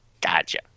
Gotcha